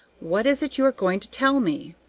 what is it you are going to tell me?